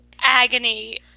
agony